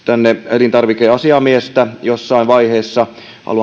elintarvikeasiamies jossain vaiheessa haluan